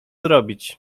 zrobić